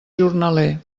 jornaler